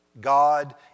God